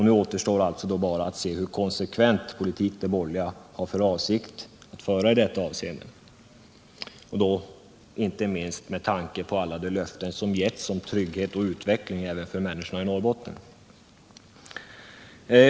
Nu återstår bara att se hur konsekvent politik de borgerliga har för avsikt att föra i detta avseende, inte minst med tanke på alla de löften som getts om trygghet och utveckling även för människorna i Norrbotten.